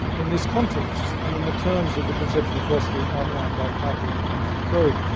in this context, and in the terms of the conception of philosophy outlined by partridge and foucault,